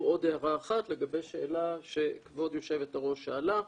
עוד הערה אחת לגבי שאלה שכבוד יושבת הראש שאלה,